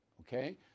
okay